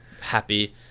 happy